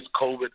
COVID